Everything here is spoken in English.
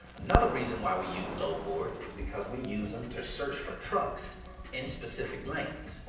another reason why we use load boards is because we use em to search for trucks in specific lanes.